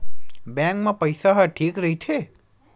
Bank मा पईसा ह ठीक राइथे?